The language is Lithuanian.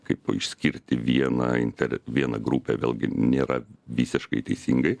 kaip va išskirti vieną interet vieną grupę vėlgi nėra visiškai teisingai